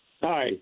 Hi